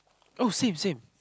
oh same same